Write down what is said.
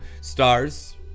stars